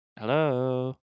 Hello